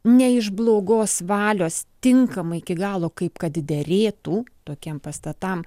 ne iš blogos valios tinkamai iki galo kaip kad derėtų tokiem pastatam